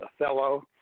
Othello